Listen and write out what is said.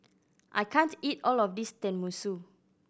I can't eat all of this Tenmusu